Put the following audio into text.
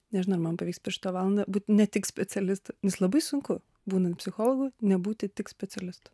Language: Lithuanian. nežinau ar man pavyks per šitą valandą būt ne tik specialistu nes labai sunku būnant psichologu nebūti tik specialistu